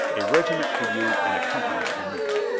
a regiment for you and a company for me.